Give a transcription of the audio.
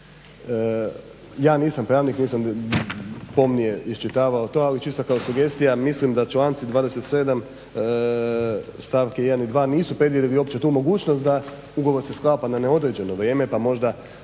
Ja nisam pravnik, nisam pomnije iščitavao to, ali čisto kao sugestija mislim da članci 27. stavke 1. i 2. nisu predvidjeli uopće tu mogućnost da ugovor se sklapa na neodređeno vrijeme pa možda